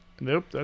Nope